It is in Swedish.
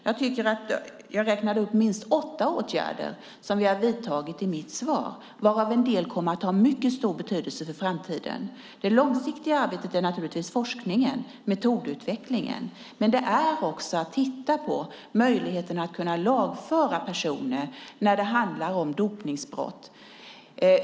Jag räknade upp i mitt svar minst åtta åtgärder som vi har vidtagit, varav en del kommer att ha mycket stor betydelse för framtiden. Det långsiktiga arbetet är naturligtvis forskningen och metodutvecklingen, men det gäller också att titta på möjligheten att lagföra personer när det handlar om dopningsbrott.